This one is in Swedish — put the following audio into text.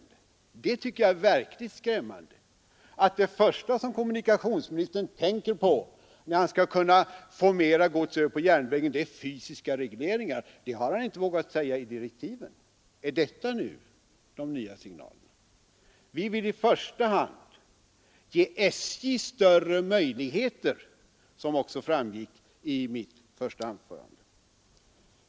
Det tycker jag är verkligt skrämmande, att det första kommunikationsministern tänker på när det gäller att få mera gods över på järnväg är fysiska regleringar. Det har han inte vågat säga i direktiven. Är detta nu de nya signalerna? Vi vill i första hand ge SJ större möjligheter, som också framgick av mitt första anförande.